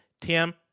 tim